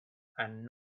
and